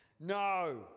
No